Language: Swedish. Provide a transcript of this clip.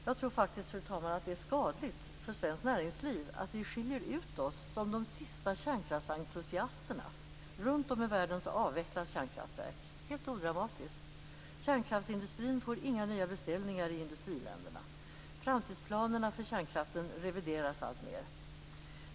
Jag tror faktiskt att det är skadligt för svenskt näringsliv att vi skiljer ut oss som de sista kärnkraftsentusiasterna. Runt om i världen avvecklas kärnkraftverk helt odramatiskt. Kärnkraftsindustrin får inga nya beställningar i industriländerna. Framtidsplanerna för kärnkraften revideras alltmer.